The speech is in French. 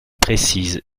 précise